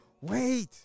Wait